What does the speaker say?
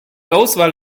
auswahl